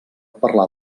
parlar